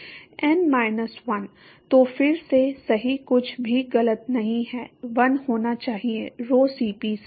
n minus 1 तो फिर से सही कुछ भी गलत नहीं है 1 होना चाहिए rho Cp से